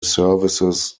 services